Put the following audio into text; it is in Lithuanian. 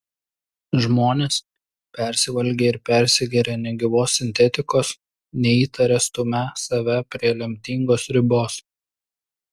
žmonės persivalgę ir persigėrę negyvos sintetikos neįtaria stumią save prie lemtingos ribos